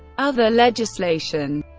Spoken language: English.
other legislation